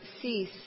cease